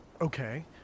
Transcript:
Okay